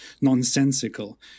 nonsensical